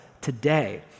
today